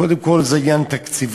קודם כול זה עניין תקציבי,